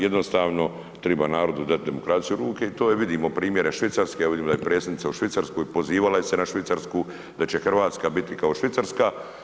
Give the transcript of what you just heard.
Jednostavno triba narodu dati demokraciju u ruke i to vidim primjere Švicarske, evo vidim da je predsjednica u Švicarskoj, pozivala se i na Švicarsku, da će Hrvatska biti kao Švicarska.